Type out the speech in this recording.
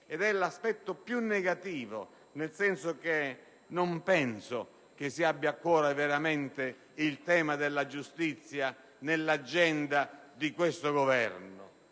è l'aspetto più negativo, nel senso che non penso che si abbia a cuore veramente il tema della giustizia nell'agenda di questo Governo.